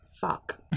fuck